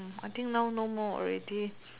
I think now no more already